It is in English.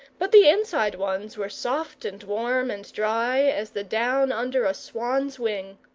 but the inside ones were soft and warm and dry as the down under a swan's wing.